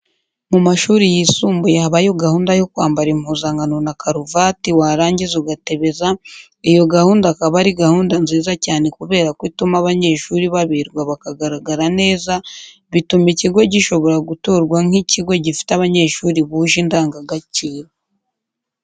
Mu mashuri yisumbuye habayo gahunda yo kwambara impuzankano na karuvati warangiza ugatebeza, iyo gahunda akaba ari gahunda nziza cyane kubera ko ituma abanyeshuri baberwa bakagaragara neza bituma ikigo gishobora gutorwa nk'ikigo gifite abanyeshuri buje indangagaciro.